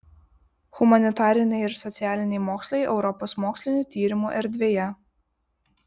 humanitariniai ir socialiniai mokslai europos mokslinių tyrimų erdvėje